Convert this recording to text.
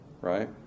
right